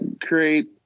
create